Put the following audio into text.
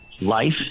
Life